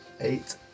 eight